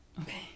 Okay